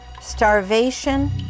starvation